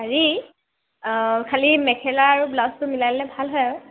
হেৰি খালী মেখেলা আৰু ব্লাউজটো মিলাই ল'লে ভাল হয় আৰু